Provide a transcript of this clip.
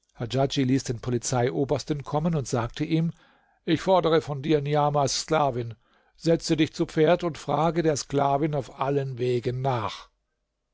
hadjadj ließ den polizeiobersten kommen und sagte ihm ich fordere von dir niamahs sklavin setze dich zu pferd und frage der sklavin auf allen wegen nach